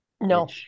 No